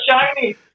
shiny